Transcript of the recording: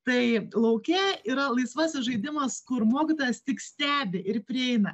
tai lauke yra laisvas žaidimas kur mokytojas tik stebi ir prieina